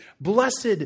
Blessed